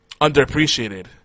underappreciated